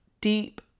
deep